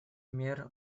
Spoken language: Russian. мер